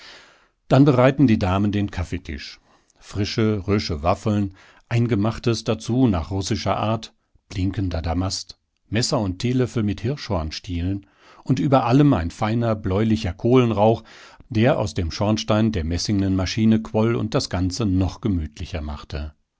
dann bereiten die damen den kaffeetisch frische rösche waffeln eingemachtes dazu nach russischer art blinkender damast messer und teelöffel mit hirschhornstielen und über allem ein feiner bläulicher kohlenrauch der aus dem schornstein der messingnen maschine quoll und das ganze noch gemütlicher machte